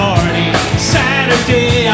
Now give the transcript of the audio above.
Saturday